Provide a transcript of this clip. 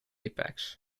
apex